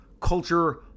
culture